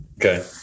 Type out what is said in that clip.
Okay